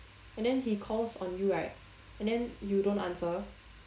and then he calls on you right and then you don't answer